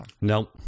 Nope